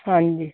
ਹਾਂਜੀ